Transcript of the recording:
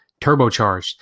turbocharged